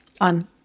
On